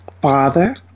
father